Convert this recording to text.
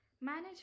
manage